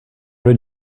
did